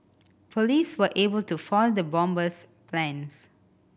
police were able to foil the bomber's plans